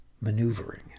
maneuvering